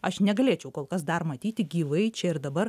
aš negalėčiau kol kas dar matyti gyvai čia ir dabar